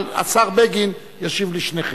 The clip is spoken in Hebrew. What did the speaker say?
אבל השר בגין ישיב לשניכם.